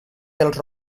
dels